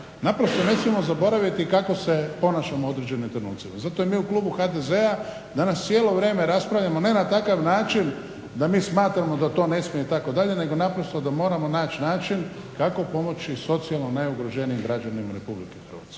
naprosto ne smijemo zaboraviti kako se ponašamo u određenim trenucima. Zato mi u klubu HDZ-a danas cijelo vrijeme raspravljamo ne na takav način da mi smatramo da to ne smije itd. nego naprosto da moramo naći način kako pomoći socijalno najugroženijim građanima Republike Hrvatske.